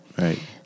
Right